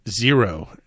zero